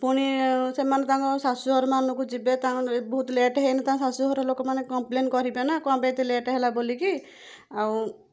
ପୁଣି ସେମାନେ ତାଙ୍କ ଶାଶୁଘର ମାନଙ୍କୁ ଯିବେ ତାଙ୍କର ବହୁତ ଲେଟେ ହେନେ ତାଙ୍କ ଶାଶୁଘର ମାନେ କମ୍ପଲେନ କରିବେ ନା କ'ଣ ପାଇଁ ଏତେ ଲେଟ ହେଲା ବୋଲିକି ଆଉ